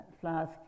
flask